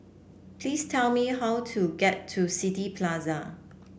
please tell me how to get to City Plaza